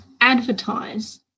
advertise